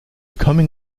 coming